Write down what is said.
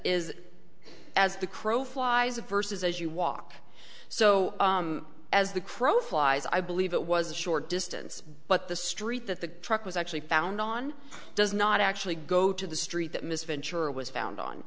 is as the crow flies a versus as you walk so as the crow flies i believe it was a short distance but the street that the truck was actually found on does not actually go to the street that mr ventura was found on